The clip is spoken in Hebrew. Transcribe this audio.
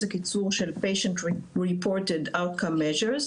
זה קיצור של Patient-reported outcome measures.